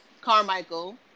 Carmichael